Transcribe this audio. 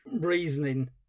reasoning